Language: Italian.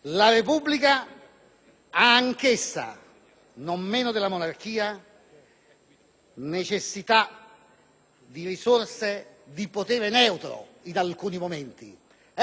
anch'essa, non meno della monarchia, necessità di risorse, di potere neutro, in alcuni momenti. Ecco perché Leone